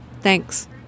Thanks